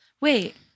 Wait